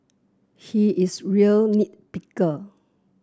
he is real nit picker